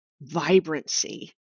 vibrancy